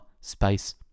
space